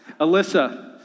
Alyssa